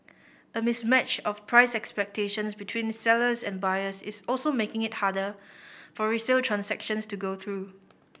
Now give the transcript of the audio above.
a mismatch of price expectations between sellers and buyers is also making it harder for resale transactions to go through